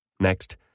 Next